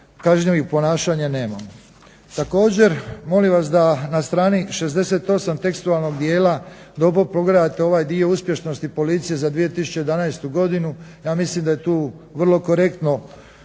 kažnjivih ponašanja nemamo. Također molim vas da na strani 68 tekstualnog dijela dobro pogledate ovaj dio uspješnosti policije za 2011.godinu ja mislim da je tu vrlo korektno